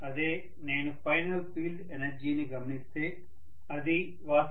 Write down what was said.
అదే నేను final field ఎనర్జీని గమనిస్తే అది వాస్తవానికి OQS అవుతుంది